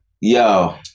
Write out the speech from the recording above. Yo